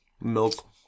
milk